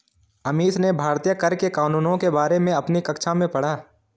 अमीश ने भारतीय कर के कानूनों के बारे में अपनी कक्षा में पढ़ा